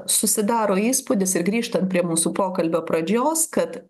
susidaro įspūdis ir grįžtant prie mūsų pokalbio pradžios kad